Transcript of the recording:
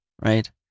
right